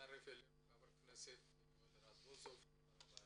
--- מצטרף אלינו חבר הכנסת יואל רזבוזוב חבר הוועדה.